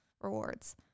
rewards